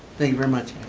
thank you very much,